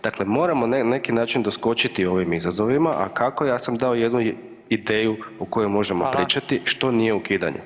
Dakle, moramo na neki način doskočiti ovim izazovima, a kako ja sam dao jednu ideju o kojoj možemo pričati, što nije ukidanje.